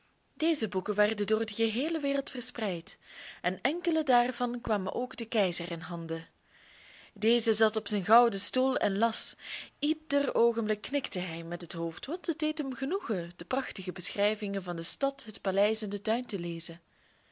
deze boeken werden door de geheele wereld verspreid en enkele daarvan kwamen ook den keizer in handen deze zat op zijn gouden stoel en las ieder oogenblik knikte hij met het hoofd want het deed hem genoegen de prachtige beschrijvingen van de stad het paleis en den tuin te lezen